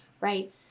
right